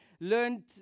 learned